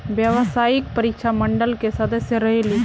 व्यावसायिक परीक्षा मंडल के सदस्य रहे ली?